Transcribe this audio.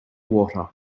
water